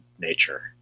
nature